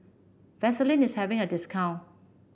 Vaselin is having a discount